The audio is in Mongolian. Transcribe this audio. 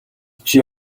чинь